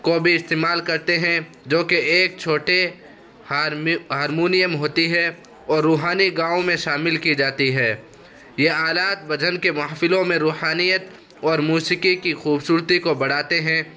کو بھی استعمال کرتے ہیں جوکہ ایک چھوٹے ہارمونیم ہوتی ہے اور روحانی گاؤں میں شامل کی جاتی ہے یہ آلات بھجن کے محفلوں میں روحانیت اور موسیقی کی خوبصورتی کو بڑھاتے ہیں